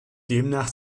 demnach